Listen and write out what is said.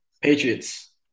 Patriots